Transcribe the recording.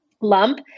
lump